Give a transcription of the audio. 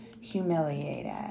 humiliated